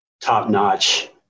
top-notch